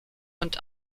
und